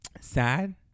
sad